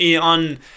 on